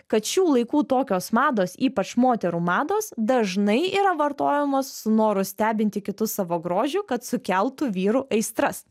kad šių laikų tokios mados ypač moterų mados dažnai yra vartojamos su noru stebinti kitus savo grožiu kad sukeltų vyrų aistras